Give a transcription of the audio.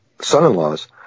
son-in-laws